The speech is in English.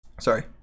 Sorry